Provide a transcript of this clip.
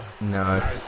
No